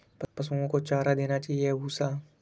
पशुओं को चारा देना चाहिए या भूसा?